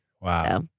wow